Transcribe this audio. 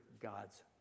God's